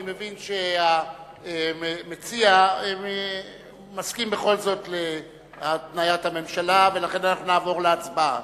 אני מבין שהמציע מסכים בכל זאת להתניית הממשלה ולכן אנחנו נעבור להצבעה.